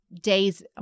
days